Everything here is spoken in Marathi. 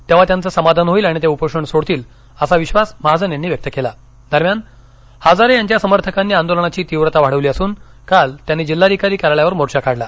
तेव्हा त्यांचं समाधान होईल आणि ते उपोषण सोडतील असा विश्वास महाजन यांनी व्यक्त केला दरम्यान हजारे यांच्या समर्थकांनी आंदोलनाची तीव्रता वाढवली असून काल त्यांनी जिल्हाधिकारी कार्यालयावर मोर्चा काढला